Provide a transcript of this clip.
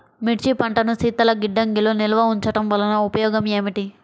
మిర్చి పంటను శీతల గిడ్డంగిలో నిల్వ ఉంచటం వలన ఉపయోగం ఏమిటి?